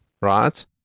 right